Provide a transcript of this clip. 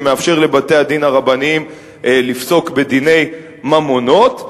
שמאפשר לבתי-הדין הרבניים לפסוק בדיני ממונות.